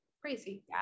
crazy